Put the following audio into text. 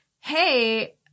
hey